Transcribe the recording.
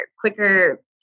quicker